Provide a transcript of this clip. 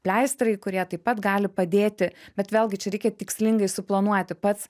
pleistrai kurie taip pat gali padėti bet vėlgi čia reikia tikslingai suplanuoti pats